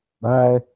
Bye